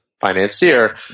financier